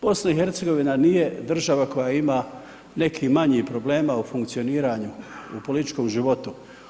BiH nije država koja ima nekih manjih problema u funkcioniranju u političkom životu.